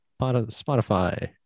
Spotify